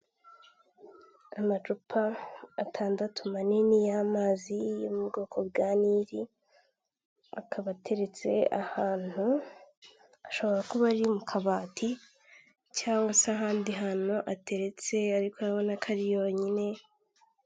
Amacupa atandatu manini y'amazi yo mu bwoko bwa nili akaba ateretse ahantu ashobora kuba ari mu kabati cyangwa se ahandi hantu ateretse ariko urabona ko ari yonyine.